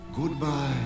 Goodbye